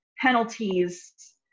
penalties